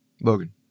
Logan